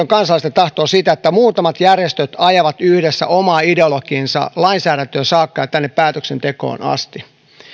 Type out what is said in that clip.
kansalaisten enemmistön tahto se että muutamat järjestöt ajavat yhdessä omaa ideologiaansa lainsäädäntöön saakka ja tänne päätöksentekoon asti